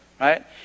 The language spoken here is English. right